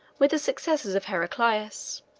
with the successors of heraclius.